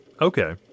Okay